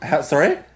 sorry